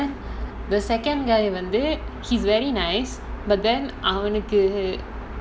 and then the second guy வந்து:vandhu he's very nice but then அவனுக்கு:avanukku